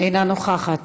אינה נוכחת,